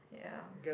ya